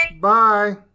Bye